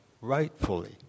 rightfully